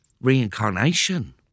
reincarnation